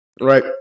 right